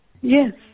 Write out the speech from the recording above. Yes